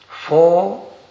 four